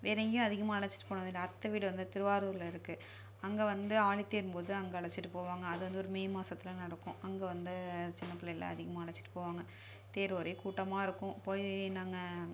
வேற எங்கேயும் அதிகமாக அழைச்சுட்டு போனதில்லை அத்தை வீடு வந்து திருவாரூரில் இருக்கு அங்கே வந்து ஆழித்தேரின் போது அங்கே அழைச்சுட்டு போவாங்க அது வந்து ஒரு மே மாசத்தில் நடக்கும் அங்கே வந்து சின்ன பிள்ளைல அதிகமாக அழைச்சுட்டு போவாங்க தேர் ஒரே கூட்டமாக இருக்கும் போய் நாங்கள்